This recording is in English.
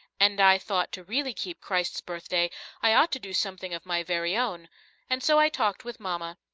and i thought to really keep christ's birthday i ought to do something of my very own and so i talked with mama.